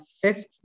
fifth